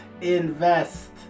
Invest